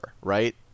right